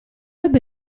ebbe